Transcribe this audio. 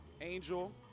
Angel